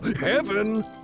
Heaven